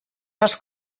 les